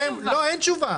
לא, אין תשובה.